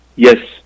Yes